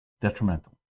detrimental